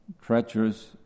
treacherous